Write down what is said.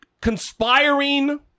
conspiring